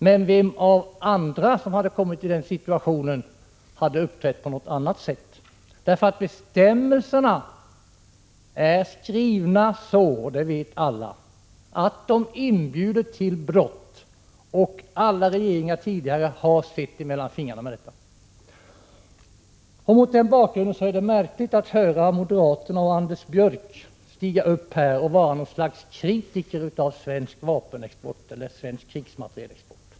Men vilka andra som hade kommit i den situationen hade uppträtt på något annat sätt? Bestämmelserna är nämligen skrivna så — det vet alla — att de inbjuder till brott, och alla tidigare regeringar har sett mellan fingrarna med detta. Mot den bakgrunden är det märkligt att höra Anders Björck och moderaterna stiga upp här och tala som något slags kritiker av svensk vapenexport eller svensk krigsmaterielexport.